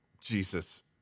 Jesus